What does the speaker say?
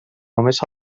només